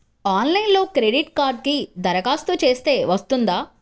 ఆన్లైన్లో క్రెడిట్ కార్డ్కి దరఖాస్తు చేస్తే వస్తుందా?